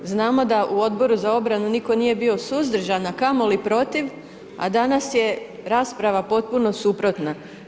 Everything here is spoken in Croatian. Znamo da u Odboru za obranu nitko nije bio suzdržan, a kamoli protiv, a danas je rasprava potpuno suprotna.